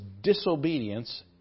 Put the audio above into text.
disobedience